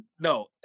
No